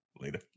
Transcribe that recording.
Later